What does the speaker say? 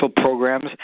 programs